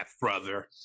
brother